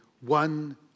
one